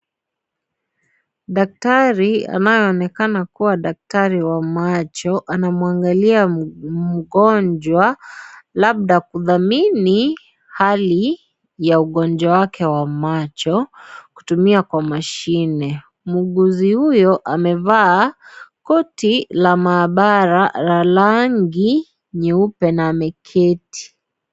Daktari anayeonekana kuwa daktari wa macho anamwangalia mgonjwa labda kutathmini hali ya ugonjwa wake wa macho kutumia kwa mashine. Muuguzi huyo amevaa koti la maabara la rangi nyeupe na ameketi.